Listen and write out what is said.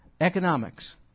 Economics